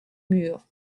mur